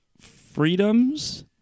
freedoms